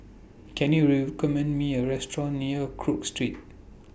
Can YOU recommend Me A Restaurant near Cook Street